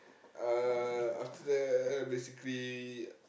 uh after that basically